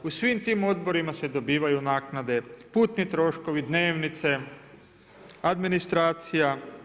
U svim tim odborima se dobivaju naknade, putni troškovi, dnevnice, administracija.